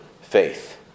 faith